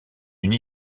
une